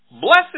Blessed